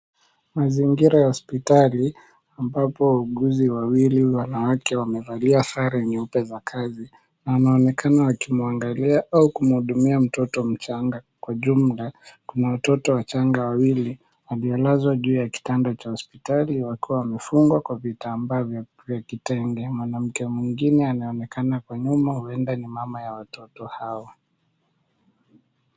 Mazingira ya hospitali ambapo waauguzi wawili wanawake wamevalia sare nyeupe za kazi wanaonekana wakimwagalia au kumuhudumia mtoto mchanga kwa jumla kuna watoto wachanga wawili waliolazwa ju ya kitanda cha hospitali wakiwa wamefugwa kwa vitambaa vya kitenge. Mwanamke mwingine anaonekana nyuma huwenda mama ya watoto hao.